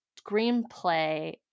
screenplay